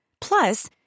Plus